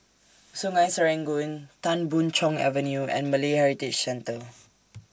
Sungei Serangoon Tan Boon Chong Avenue and Malay Heritage Centre